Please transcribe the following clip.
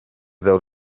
build